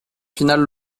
finale